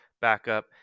backup